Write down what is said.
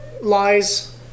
lies